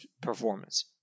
performance